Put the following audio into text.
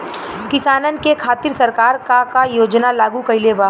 किसानन के खातिर सरकार का का योजना लागू कईले बा?